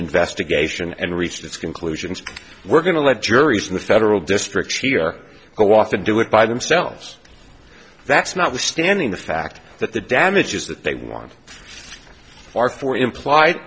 investigation and reached its conclusions we're going to let juries in the federal district here go off and do it by themselves that's not withstanding the fact that the damages that they want